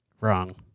Wrong